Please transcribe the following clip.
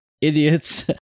idiots